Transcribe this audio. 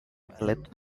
ballot